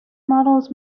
models